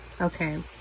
Okay